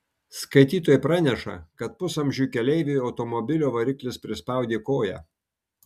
skaitytojai praneša kad pusamžiui keleiviui automobilio variklis prispaudė koją